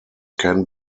can